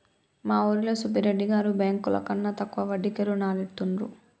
మా ఊరిలో సుబ్బిరెడ్డి గారు బ్యేంకుల కన్నా తక్కువ వడ్డీకే రుణాలనిత్తండ్రు